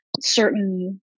certain